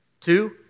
Two